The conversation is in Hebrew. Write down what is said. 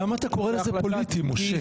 למה אתה קורא לזה פוליטי, משה?